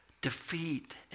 defeat